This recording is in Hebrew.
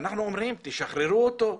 אנחנו אומרים: תשחררו אותו.